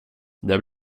det